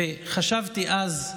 וחשבתי אז,